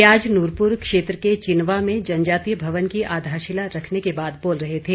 वे आज नूरपुर क्षेत्र के चिनवा में जनजातीय भवन की आधारशिला रखने के बाद बोल रहे थे